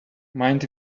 mind